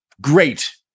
great